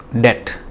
debt